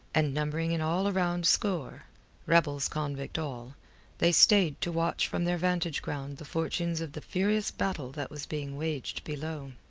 and numbering in all a round score rebels-convict all they stayed to watch from their vantage-ground the fortunes of the furious battle that was being waged below.